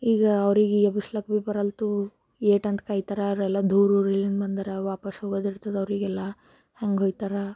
ಈಗ ಅವ್ರಿಗೆ ಎಬ್ಬಿಸೋಕ್ಕೆ ಭೀ ಬರಲ್ತು ಏಷ್ಟುಂತ ಕಾಯ್ತಾರೆ ಅವರೆಲ್ಲ ದೂರ ಊರಿನಿಂದ ಬಂದಾರೆ ವಾಪಾಸ್ ಹೋಗೋದಿರ್ತದೆ ಅವರಿಗೆಲ್ಲ ಹೆಂಗೊಗ್ತಾರೆ